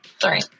Sorry